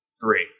three